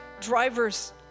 driver's